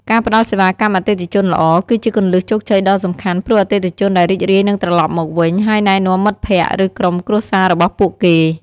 ការផ្ដល់សេវាកម្មអតិថិជនល្អ គឺជាគន្លឹះជោគជ័យដ៏សំខាន់ ព្រោះអតិថិជនដែលរីករាយនឹងត្រឡប់មកវិញ ហើយណែនាំមិត្តភក្តិ ឬក្រុមគ្រួសាររបស់ពួកគេ។